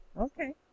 Okay